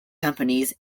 companies